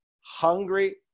hungry